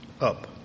up